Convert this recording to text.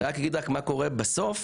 אני רק אגיד מה קורה בסוף,